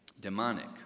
demonic